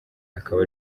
akaba